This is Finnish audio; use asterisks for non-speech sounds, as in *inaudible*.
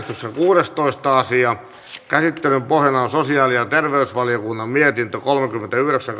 kuudestoista asia käsittelyn pohjana on sosiaali ja terveysvaliokunnan mietintö kolmekymmentäyhdeksän *unintelligible*